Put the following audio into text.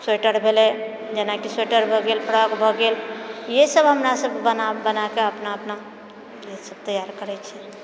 sweater भेलै जेनाकी sweater भऽ गेल फ्रॉक भऽ गेल ये सब हमरासब बना बनाके अपना अपना ये सब तैयार करै छियै